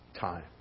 time